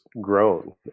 grown